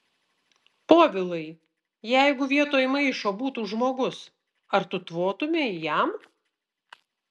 povilai jeigu vietoj maišo būtų žmogus ar tu tvotumei jam